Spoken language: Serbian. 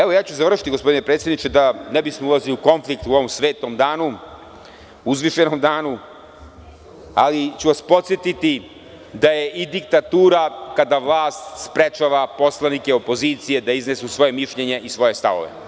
Evo završiću gospodine predsedniče, da ne bismo ulazili u konflikt u ovom svetom danu, uzvišenom danu, ali podsetiću vas da je i diktatura kada vlast sprečava poslanike opozicije da iznesu svoje mišljenje i svoje stavove.